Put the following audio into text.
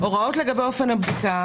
הוראות לגבי אופן הבדיקה